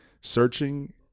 Searching